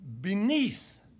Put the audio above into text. beneath